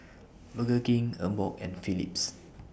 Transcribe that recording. Burger King Emborg and Philips